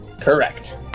Correct